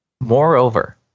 Moreover